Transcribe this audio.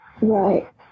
Right